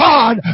God